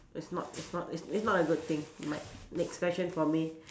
it's not it's not it's it's not a good thing next question for me